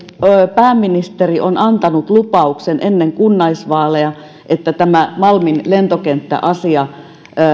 pääministeri on antanut lupauksen ennen kunnallisvaaleja että tämä malmin lentokenttäasia